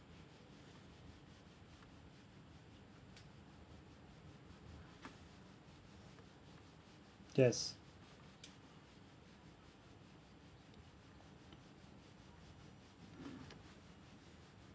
yes